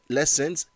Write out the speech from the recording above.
lessons